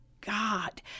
God